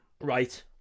Right